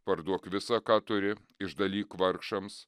parduok visa ką turi išdalyk vargšams